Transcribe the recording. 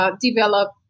Develop